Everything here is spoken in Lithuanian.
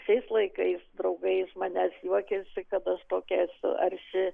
šiais laikais draugai iš manęs juokiasi kad aš tokia esu arši